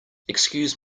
excuse